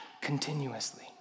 continuously